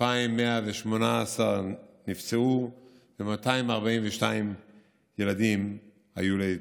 2,118 נפצעו ו-242 ילדים היו ליתומים.